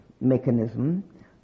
mechanism